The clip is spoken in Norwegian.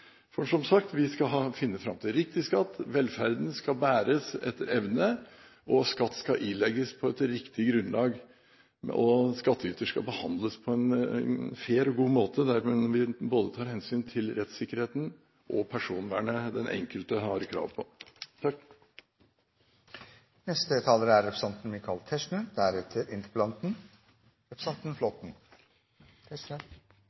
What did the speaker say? For som sagt: Vi skal finne fram til riktig skatt, velferden skal bæres etter evne, og skatt skal ilegges på et riktig grunnlag. Skatteyter skal behandles på en fair og god måte, der man tar hensyn til både rettssikkerheten og personvernet den enkelte har krav på. Jeg vil begynne med å rette en takk til interpellanten, representanten